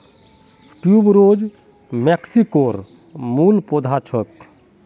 tuberose मेक्सिकोर मूल पौधा छेक